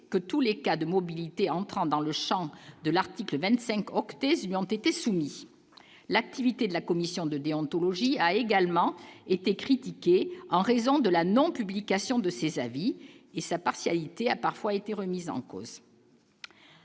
que tous les cas de mobilité entrant dans le Champ de l'article 25 oct et ont été soumis, l'activité de la commission de déontologie a également été critiquée en raison de la non-publication de ces avis et sa partialité a parfois été remises en cause.